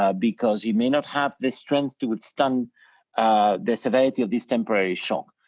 ah because you may not have the strength to withstand the severity of this temporary shock.